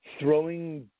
throwing